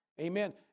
Amen